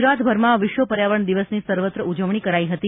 ગુજરાતભરમાં વિશ્વ પર્યાવરણ દિવસની સર્વત્ર ઉજવણી કરાઇ હતી